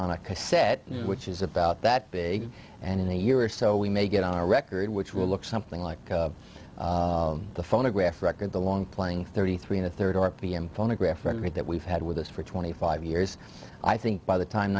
on a cassette which is about that big and in a year or so we may get on a record which will look something like the phonograph record the long playing thirty three and a rd r p m phonograph record that we've had with us for twenty five years i think by the time